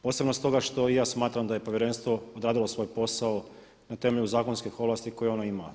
Posebno stoga što i ja smatram da je povjerenstvo odradilo svoj posao na temelju zakonskih ovlasti koje ona ima.